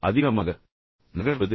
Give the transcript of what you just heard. அதிகமாக நகர்வது